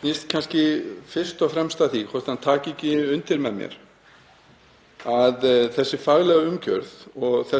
snýr kannski fyrst og fremst að því hvort hann taki ekki undir það með mér að hin faglega umgjörð og